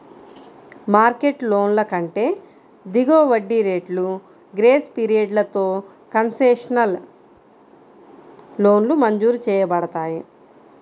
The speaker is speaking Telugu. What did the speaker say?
మార్కెట్ లోన్ల కంటే దిగువ వడ్డీ రేట్లు, గ్రేస్ పీరియడ్లతో కన్సెషనల్ లోన్లు మంజూరు చేయబడతాయి